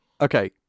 Okay